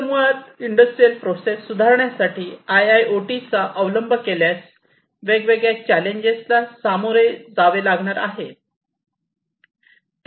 तर मुळात industrial process सुधारण्यासाठी आयआयओटीचा अवलंब केल्यास वेगवेगळ्या चॅलेंजेस सामोरे जावे लागणार आहे